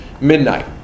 midnight